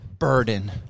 Burden